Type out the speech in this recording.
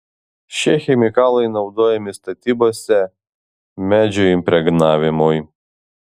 šie chemikalai naudojami statybose medžio impregnavimui